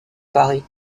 paris